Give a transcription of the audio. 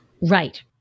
Right